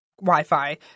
Wi-Fi